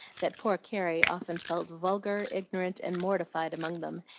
that poor carrie often felt vulgar, ignorant, and mortified among them,